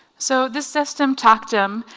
so this system, tactum,